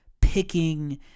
picking